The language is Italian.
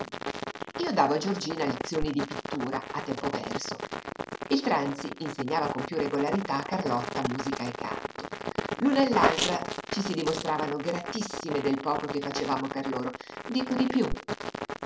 io davo a giorgina lezioni di pittura a tempo perso il tranzi insegnava con piú regolarità a carlotta musica e canto l'una e l'altra ci si dimostravano gratissime del poco che facevamo per loro dico di piú